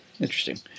Interesting